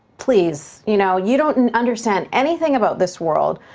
please? you know you don't and understand anything about this world.